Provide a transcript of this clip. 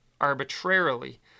arbitrarily